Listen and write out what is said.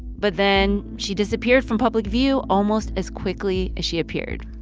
but then she disappeared from public view almost as quickly as she appeared